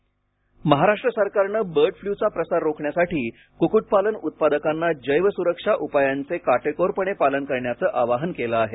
bird flu Maharashtra सरकारने bird फ्ल्यूचा प्रसार रोखण्यासाठी कुक्कुटपालन उत्पादकांना जैव सुरक्षा उपायांचे काटेकोरपणे पालन करण्याचे आवाहन केले आहे